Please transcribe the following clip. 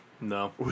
No